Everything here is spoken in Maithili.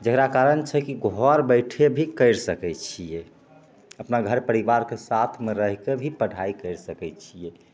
जकरा कारण छै कि घर बैठे भी करि सकै छिए अपना घर परिवारके साथमे रहिके भी पढ़ाइ करि सकै छिए